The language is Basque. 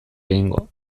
egingo